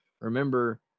remember